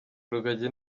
rugagi